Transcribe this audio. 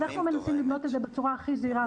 אנחנו מנסים לבנות את זה בצורה הכי זהירה